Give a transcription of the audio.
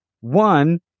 One